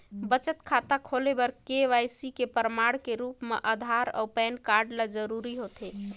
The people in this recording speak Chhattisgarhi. बचत खाता खोले बर के.वाइ.सी के प्रमाण के रूप म आधार अऊ पैन कार्ड ल जरूरी होथे